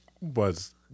was-